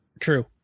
true